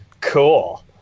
Cool